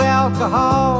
alcohol